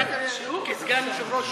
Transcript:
רק שהוא כסגן היושב-ראש,